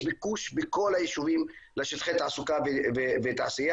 יש ביקוש בכל היישובים לשטחי תעסוקה ותעשייה,